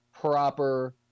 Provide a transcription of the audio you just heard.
proper